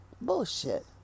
Bullshit